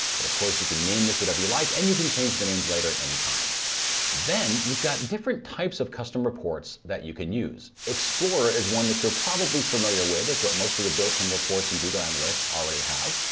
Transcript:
but of course you can name this whatever you like and you can change the name later at any time then you've got different types of customer reports that you can use. explorer is one that you're probably familiar with that's what most of the built in reports and google analytics already have.